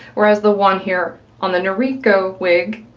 whereas the one here on the noriko wig,